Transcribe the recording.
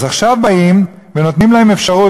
אז עכשיו באים ונותנים להם אפשרות.